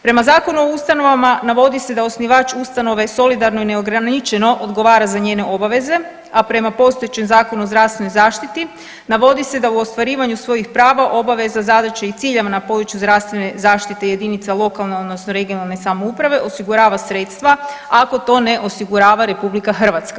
Prema zakonu o ustanovama, navodi se da osnivač ustanove solidarno i neograničeno odgovara za njene obaveze, a prema postojećem Zakonu o zdravstvenoj zaštiti navodi se da u ostvarivanju svojih prava, obaveza, zadaća i ciljeva na području zdravstvene zaštite jedinica lokalne odnosno regionalne samouprave osigurava sredstva ako to ne osigurava RH.